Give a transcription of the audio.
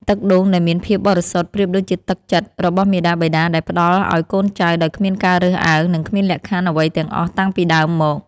ទឹកដូងដែលមានភាពបរិសុទ្ធប្រៀបដូចជាទឹកចិត្តរបស់មាតាបិតាដែលផ្តល់ឱ្យកូនចៅដោយគ្មានការរើសអើង និងគ្មានលក្ខខណ្ឌអ្វីទាំងអស់តាំងពីដើមមក។